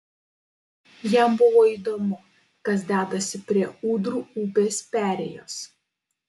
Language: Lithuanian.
jam buvo įdomu kas dedasi prie ūdrų upės perėjos